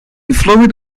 fluid